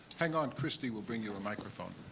hang on. christie will bring you a microphone.